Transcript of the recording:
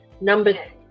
Number